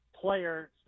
player